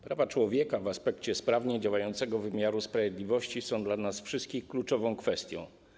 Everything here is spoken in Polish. Prawa człowieka w aspekcie sprawnie działającego wymiaru sprawiedliwości są dla nas wszystkich kluczową kwestią.